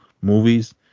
movies